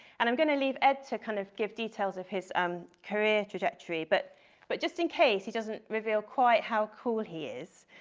and i'm going to leave ed to kind of give details of his um career trajectory, but but just in case he doesn't reveal quite how cool he is,